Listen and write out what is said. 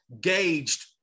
gauged